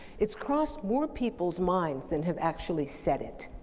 it's crossed more people's minds than have actually said it.